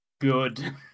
Good